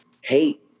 hate